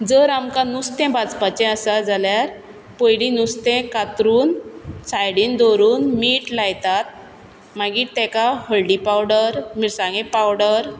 जर आमकां नुस्तें भाजपाचें आसा जाल्यार पयलीं नुस्तें कातरून सायडीन दवरून मीठ लायतात मागीर तेका हळदी पावडर मिरसांगे पावडर